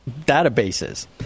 databases